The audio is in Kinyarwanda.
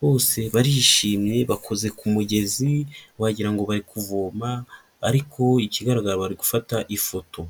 bose barishimye bakoze ku mugezi wagira ngo bari kuvoma, ariko ikigaragara bari gufata ifoto.